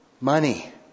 Money